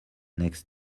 next